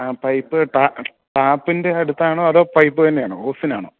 ആ പൈപ്പ് ടാപ്പിൻ്റെ അടുത്താണോ അതോ പൈപ്പ് തന്നെയാണോ ഓസിനാണോ